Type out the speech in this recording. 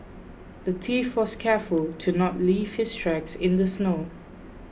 the thief was careful to not leave his tracks in the snow